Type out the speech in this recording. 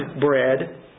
bread